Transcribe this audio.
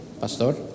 Pastor